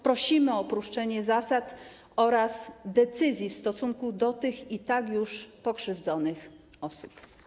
Prosimy o uproszczenie zasad oraz decyzji w stosunku do tych i tak już pokrzywdzonych osób.